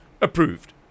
approved